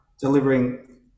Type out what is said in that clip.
delivering